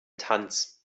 tanz